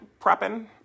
prepping